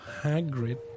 Hagrid